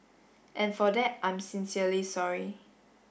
and for that I'm sincerely sorry